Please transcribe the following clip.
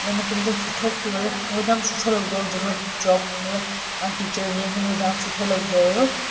अने मूंखे मतलबु सुठो फ़ि मतलबु हिकदमि सुठो लॻंदो हुओ जेॾी महिल जॉप मतलबु मां टीचर हूंदी हुअमि त मूंखे जाम सुठो लॻंदो हुओ